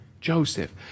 Joseph